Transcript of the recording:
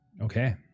Okay